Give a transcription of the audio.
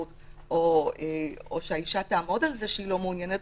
או שהאישה תעמוד על זה שהיא לא מעוניינת,